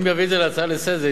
אם יביאו את זה כהצעה לסדר-היום,